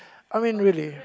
I mean really